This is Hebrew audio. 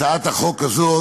הצעת החוק הזאת